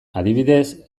adibidez